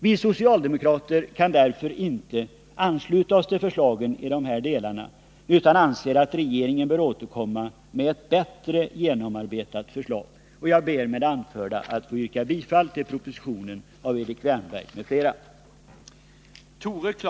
Vi socialdemokrater har därför inte kunnat ansluta oss till förslaget i dessa delar utan anser att regeringen bör återkomma med ett bättre genomarbetat förslag. Jag ber med det anförda att få yrka bifall till reservationen av Erik Wärnberg m.fl.